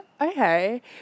okay